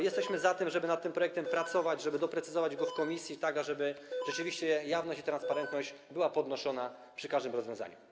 Jesteśmy za tym, żeby nad tym projektem pracować, żeby doprecyzować go w komisji, tak ażeby rzeczywiście jawność i transparentność były podnoszone przy każdym rozwiązaniu.